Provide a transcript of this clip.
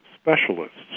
specialists